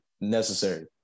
necessary